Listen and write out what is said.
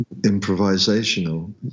improvisational